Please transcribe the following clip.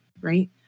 right